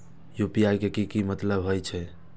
UPI के की मतलब हे छे?